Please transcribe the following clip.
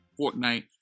Fortnite